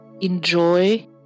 Enjoy